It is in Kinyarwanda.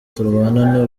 turwana